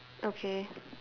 okay